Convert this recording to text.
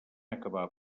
acabar